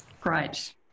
great